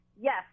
Yes